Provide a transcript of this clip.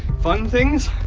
fun things